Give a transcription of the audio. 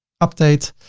update.